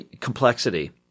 complexity